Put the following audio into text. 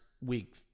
week